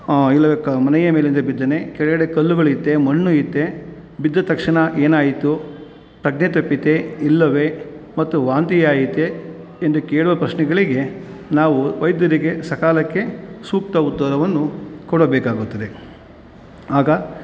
ಇಲ್ಲವೇ ಕ ಮನೆಯ ಮೇಲಿಂದ ಬಿದ್ದನೇ ಕೆಳಗಡೆ ಕಲ್ಲುಗಳು ಇತ್ತೇ ಮಣ್ಣು ಇತ್ತೇ ಬಿದ್ದ ತಕ್ಷಣ ಏನಾಯಿತು ಪ್ರಜ್ಞೆ ತಪ್ಪಿತ್ತೇ ಇಲ್ಲವೇ ಮತ್ತು ವಾಂತಿ ಆಯಿತೇ ಎಂದು ಕೇಳುವ ಪ್ರಶ್ನೆಗಳಿಗೆ ನಾವು ವೈದ್ಯರಿಗೆ ಸಕಾಲಕ್ಕೆ ಸೂಕ್ತ ಉತ್ತರವನ್ನು ಕೊಡಬೇಕಾಗುತ್ತದೆ ಆಗ